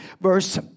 verse